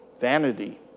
vanity